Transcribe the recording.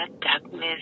darkness